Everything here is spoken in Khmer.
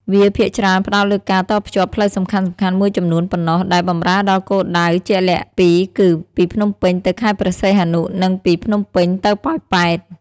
វាភាគច្រើនផ្តោតលើការតភ្ជាប់ផ្លូវសំខាន់ៗមួយចំនួនប៉ុណ្ណោះ ដែលបម្រើដល់គោលដៅជាក់លាក់ពីរគឺ ពីភ្នំពេញទៅខេត្តព្រះសីហនុ និងពីភ្នំពេញទៅប៉ោយប៉ែត។